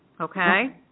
Okay